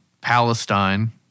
Palestine